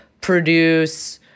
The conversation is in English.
produce